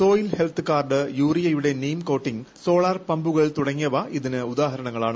soil health card യൂറിയയുടെ neem coating solar പമ്പുകൾ തുടങ്ങിയവ ഇതിന് ഉദാഹരണങ്ങളാണ്